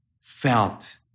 felt